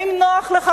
האם נוח לך,